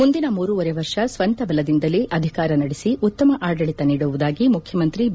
ಮುಂದಿನ ಮೂರೂವರೆ ವರ್ಷ ಸ್ತಂತ ಬಲದಿಂದಲೇ ಅಧಿಕಾರ ನಡೆಸಿಉತ್ತಮ ಆಡಳಿತ ನೀಡುವುದಾಗಿ ಎಂದು ಮುಖ್ಯಮಂತ್ರಿ ಬಿ